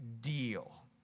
deal